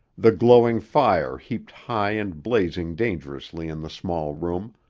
the glowing fire heaped high and blazing dangerously in the small room,